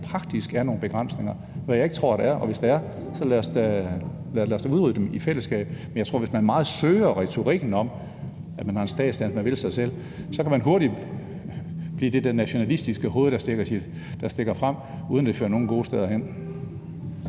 og praktisk er nogle begrænsninger, hvad jeg ikke tror der er. Og hvis der er, så lad os da udrydde dem i fællesskab. Men hvis man meget søger retorikken om, at man i forhold til statsdannelse vil sig selv, tror jeg hurtigt, man kan blive det der nationalistiske hoved, der stikker frem, uden det fører nogle gode steder hen.